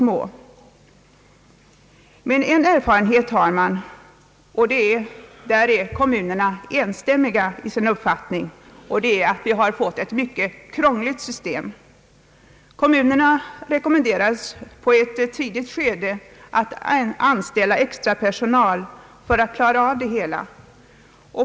Men en erfarenhet har man — och på denna punkt är kommunerna enstämmiga i sin uppfattning — och det är att vi har fått ett mycket krångligt system. Kommunerna rekommenderades på ett mycket tidigt stadium att anställa extra personal för att klara av det hela.